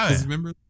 Remember